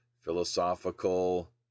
philosophical